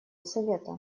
совета